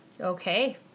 Okay